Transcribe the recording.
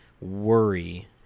worry